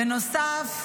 בנוסף,